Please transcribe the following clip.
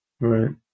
Right